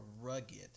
rugged